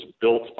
built